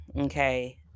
Okay